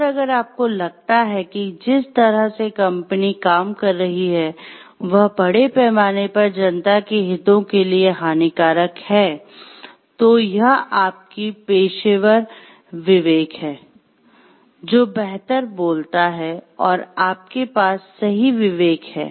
और अगर आपको लगता है कि जिस तरह से कंपनी काम कर रही है वह बड़े पैमाने पर जनता के हितों के लिए हानिकारक है तो यह आपकी पेशेवर विवेक है जो बेहतर बोलता है और आपके पास सही विवेक है